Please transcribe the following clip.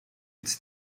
its